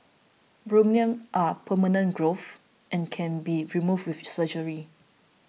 bunions are permanent growths and can be removed with surgery